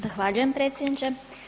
Zahvaljujem predsjedniče.